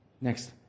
Next